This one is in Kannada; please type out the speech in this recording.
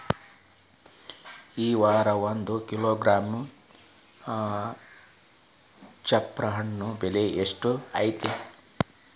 ಈ ವಾರ ಒಂದು ಕಿಲೋಗ್ರಾಂ ಚಪ್ರ ಹಣ್ಣ ಬೆಲೆ ಎಷ್ಟು ಐತಿ?